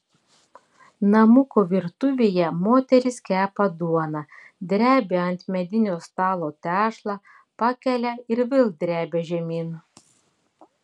namuko virtuvėje moteris kepa duoną drebia ant medinio stalo tešlą pakelia ir vėl drebia žemyn